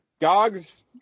Gogs